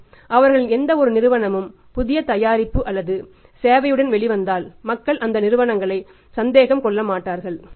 மற்றும் அவர்களின் எந்தவொரு நிறுவனமும் புதிய தயாரிப்பு அல்லது சேவையுடனும் வெளிவந்தால் மக்கள் அந்த நிறுவனங்களை சந்தேகம் கொள்ளமாட்டார்கள்